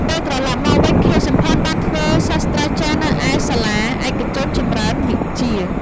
ពេលត្រឡប់មកកម្ពុជាវិញ ខៀវ សំផន បានធ្វើជាសាស្រ្តាចារ្យនៅសាលាឯកជនចម្រើនវិជ្ជា។